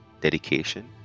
dedication